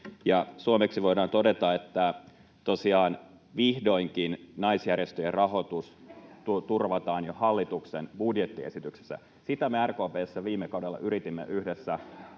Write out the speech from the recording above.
Suomeksi voidaan todeta, että tosiaan vihdoinkin naisjärjestöjen rahoitus turvataan jo hallituksen budjettiesityksessä. Sitä me RKP:ssä viime kaudella yritimme yhdessä